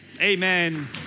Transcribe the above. amen